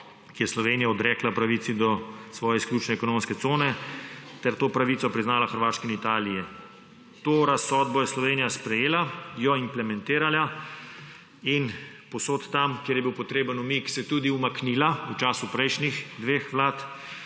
ki je Sloveniji odrekla pravico do svoje izključne ekonomske cone ter to pravico priznala Hrvaški in Italiji. To razsodbo je Slovenija sprejela, jo implementirala in povsod tam, kjer je bil potreben umik, se je tudi umaknila v času prejšnjih dveh vlad,